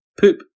Poop